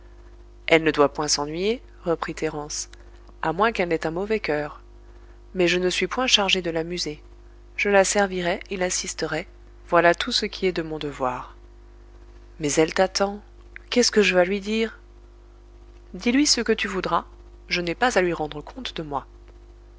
elle ne doit point s'ennuyer reprit thérence à moins qu'elle n'ait un mauvais coeur mais je ne suis point chargée de l'amuser je la servirai et l'assisterai voilà tout ce qui est de mon devoir mais elle t'attend qu'est-ce que je vas lui dire dis-lui ce que tu voudras je n'ai pas à lui rendre compte de moi